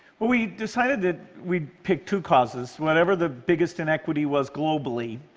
we decided that we'd pick two causes, whatever the biggest inequity was globally,